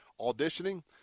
auditioning